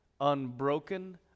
unbroken